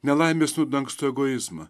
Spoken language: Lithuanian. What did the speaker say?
nelaimės dangsto ego izmą